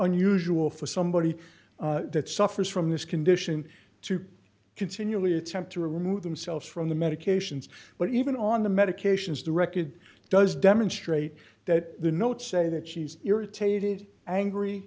unusual for somebody that suffers from this condition to continually attempt to remove themselves from the medications but even on the medications directed does demonstrate that the notes say that she's irritated angry